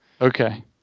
Okay